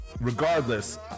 Regardless